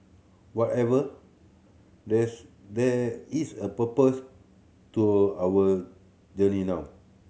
whatever this there is a purpose to our journey now